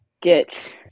get